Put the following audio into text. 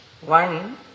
One